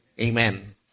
Amen